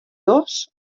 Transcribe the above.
dos